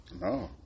No